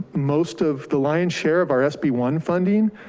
most of the lion's share of our s b one funding,